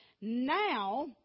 Now